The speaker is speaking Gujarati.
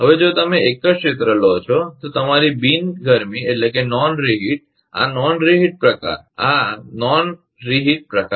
હવે જો તમે તે એક જ ક્ષેત્ર લો છો તો તમારી બિન ગરમીનોન રિહીટnon - reheat આ નોન રીહિટ પ્રકાર